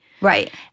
Right